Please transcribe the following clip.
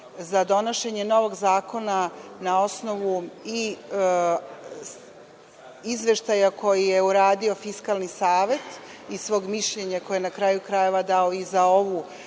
za donošenje novog zakona na osnovu izveštaja koji je uradio Fiskalni savet i svog mišljenja koje je na kraju dao za ovu